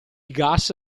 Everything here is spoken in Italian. gas